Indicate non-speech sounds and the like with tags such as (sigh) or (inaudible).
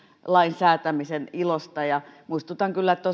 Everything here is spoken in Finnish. lain säätämisen ilosta ja muistutan kyllä että (unintelligible)